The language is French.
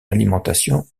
alimentation